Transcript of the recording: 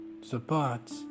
Support